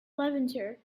levanter